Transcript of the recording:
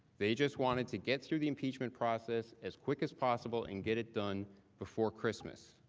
they just wanted to get through the impeachment process as quick as possible and get it done before christmas.